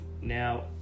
Now